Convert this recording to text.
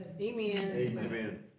Amen